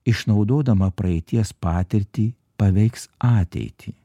išnaudodama praeities patirtį paveiks ateitį